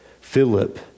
Philip